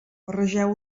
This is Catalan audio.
barregeu